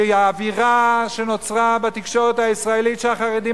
כי האווירה שנוצרה בתקשורת הישראלית היא שהחרדים